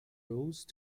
rose